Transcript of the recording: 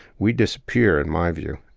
we disappear, in my view.